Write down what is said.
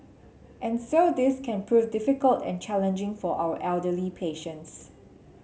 and so this can prove difficult and challenging for our elderly patients